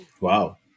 Wow